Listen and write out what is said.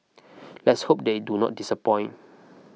let's hope they do not disappoint